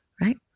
right